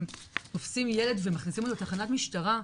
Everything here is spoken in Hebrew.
תופסים ילד ומכניסים אותו לתחנת משטרה,